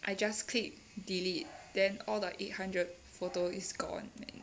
I just click delete then all the eight hundred photo is gone